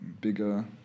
bigger